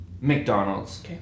McDonald's